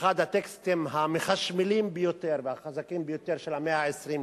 באחד הטקסטים המחשמלים ביותר והחזקים ביותר של המאה ה-20,